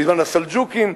בזמן הסלג'וקים,